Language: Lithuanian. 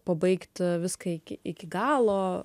pabaigt viską iki iki galo